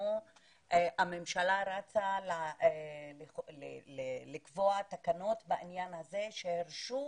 שבזמנו הממשלה רצה לקבוע תקנות בעניין הזה שהרשו